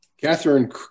Catherine